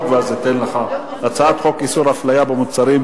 ואז אתן לך: הצעת חוק איסור הפליה במוצרים,